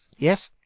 yes,